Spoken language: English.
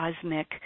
cosmic